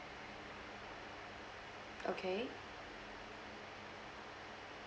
okay